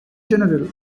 general